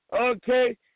Okay